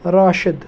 Rashid